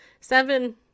seven